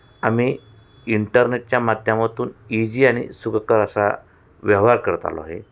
आम्ही इंटरनेटच्या माध्यमातून ईझी आणि सुखकर असा व्यवहार करत आलो आहे